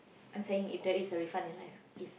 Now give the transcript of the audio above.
I'm saying if there is a refund in life if